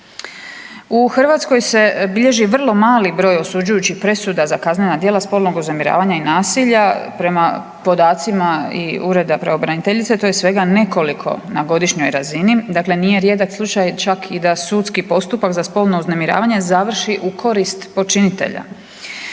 U Hrvatskoj se bilježi vrlo mali broj osuđujućih presuda za kaznena djela spolnog uznemiravanja i nasilja. Prema podacima i ureda pravobraniteljice to je svega nekoliko na godišnjoj razini, dakle nije rijedak slučaj čak i da sudski postupak za spolno uznemiravanje završi u korist počinitelja.